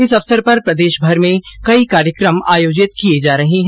इस अवसर पर प्रदेशभर में कई कार्यक्रम आयोजित किए जा रहे है